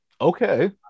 Okay